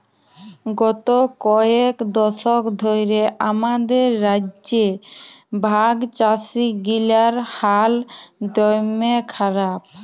গত কয়েক দশক ধ্যরে আমাদের রাজ্যে ভাগচাষীগিলার হাল দম্যে খারাপ